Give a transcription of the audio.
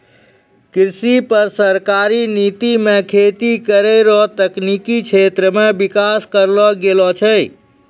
कृषि पर सरकारी नीति मे खेती करै रो तकनिकी क्षेत्र मे विकास करलो गेलो छै